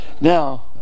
Now